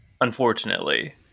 unfortunately